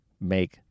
make